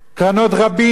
קרנות רבות.